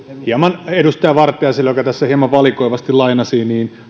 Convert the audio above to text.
hieman edustaja vartiaiselle valikoivasti lainasi